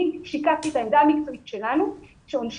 אני שיקפתי את העמדה המקצועית שלנו שעונשי